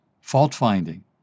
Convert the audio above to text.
fault-finding